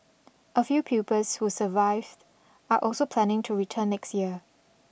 a few pupils who survived are also planning to return next year